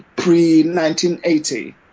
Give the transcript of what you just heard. pre-1980